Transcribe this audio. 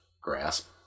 grasp